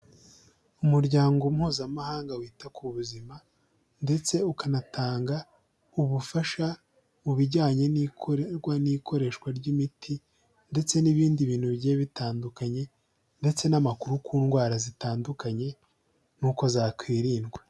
Umuryango mpuzamahanga wita ku buzima ndetse ukanatanga ubufasha mu bijyanye n'ikoreshwa ry'imiti ndetse n'ibindi bintu bigiye bitandukanye ndetse n'amakuru ku ndwara zitandukanye n'uko zakwirindwa.